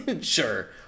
sure